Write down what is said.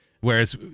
Whereas